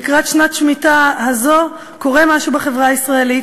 לקראת שנת השמיטה הזאת קורה משהו בחברה הישראלית